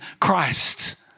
Christ